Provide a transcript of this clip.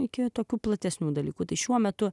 iki tokių platesnių dalykų tai šiuo metu